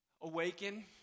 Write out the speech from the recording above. awaken